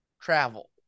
travel